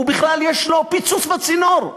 הוא בכלל יש לו פיצוץ בצינור,